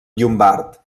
llombard